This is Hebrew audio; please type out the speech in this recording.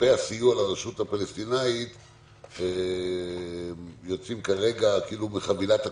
שכספי הסיוע לרשות הפלסטינית יוצאים כרגע מחבילת הקורונה.